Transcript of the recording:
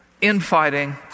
infighting